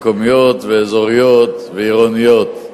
מקומיות ואזוריות ועירוניות,